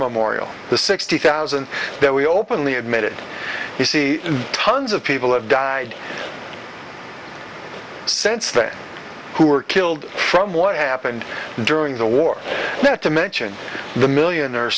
memorial the sixty thousand that we openly admitted you see tons of people have died since then who were killed from what happened during the war not to mention the million or